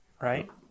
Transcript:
right